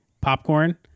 popcorn